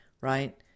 right